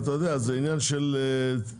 כן, אבל אתה יודע, זה עניין של תרגולת.